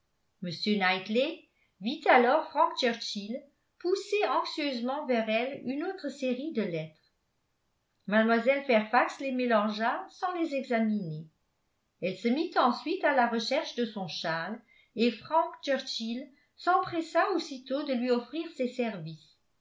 knightley vit alors frank churchill pousser anxieusement vers elle une autre série de lettres mlle fairfax les mélangea sans les examiner elle se mit ensuite à la recherche de son châle et frank churchill s'empressa aussitôt de lui offrir ses services